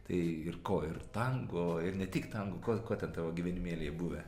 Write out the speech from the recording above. tai ir ko ir tango ir ne tik tango ko ten tavo gyvenimėlyje buvę